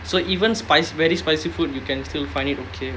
so even spicy very spicy food you can still find it okay